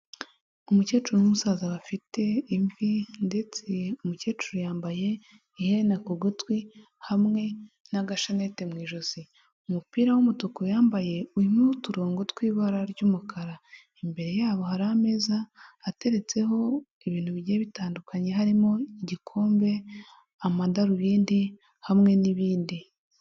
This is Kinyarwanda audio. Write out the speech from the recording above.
Umukecuru n'umusaza bafite imvi ndetse umukecuru yambaye iherena ku gutwi hamwe n'agashanete mu ijosi. Umupira w'umutuku yambaye urimo uturongo tw'ibara ry'umukara. Imbere yabo hari ameza ateretseho ibintu bigiye bitandukanye harimo igikombe, amadarubindi hamwe n'ibindi.